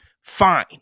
fine